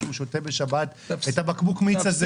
כשהוא שותה בשבת בקבוק מיץ?